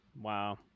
Wow